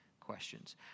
questions